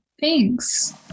Thanks